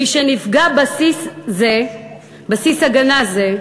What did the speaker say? משנפגע בסיס הגנה זה,